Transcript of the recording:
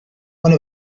one